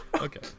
okay